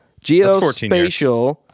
Geospatial